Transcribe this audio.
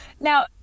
now